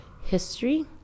history